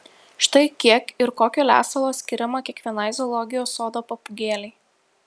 štai kiek ir kokio lesalo skiriama kiekvienai zoologijos sodo papūgėlei